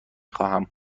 خواهم